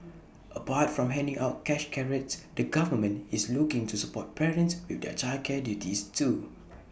apart from handing out cash carrots the government is looking to support parents with their childcare duties too